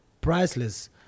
priceless